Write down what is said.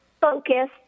focus